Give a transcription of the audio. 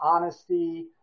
honesty